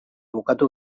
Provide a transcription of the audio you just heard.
bukatu